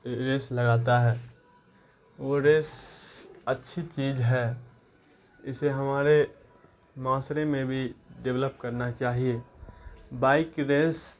race لگاتا ہے وہ ریس اچھی چیز ہے اسے ہمارے معاشرے میں بھی ڈیولپ کرنا چاہیے بائک ریس